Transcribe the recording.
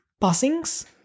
passings